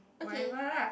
whatever lah